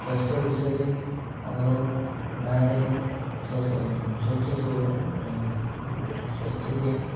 ସ୍ୱାସ୍ଥ୍ୟ ବିଷୟରେ ଆମର ଗାଁରେ ସ୍ୱଚ୍ଛ ସ୍ୱାସ୍ଥ୍ୟ ପାଇଁ